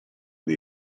dei